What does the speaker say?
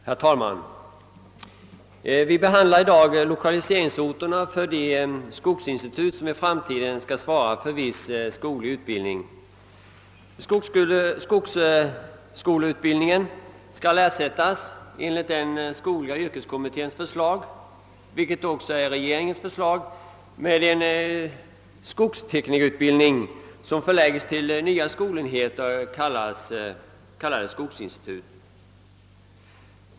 Herr talman! Vi behandlar i dag frågan om lokaliseringsorterna för de skogsinstitut, som i framtiden skall svara för viss skoglig utbildning. Skogsskoleutbildningen skall enligt skogliga yrkeskommitténs förslag, vilket också är regeringens förslag, ersättas med en skogsteknikerutbildning som förläggs till nya skolenheter kallade skogsinstitut.